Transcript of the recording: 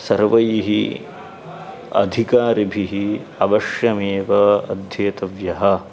सर्वैः अधिकारिभिः अवश्यमेव अध्येतव्यः